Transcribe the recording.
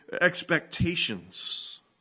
expectations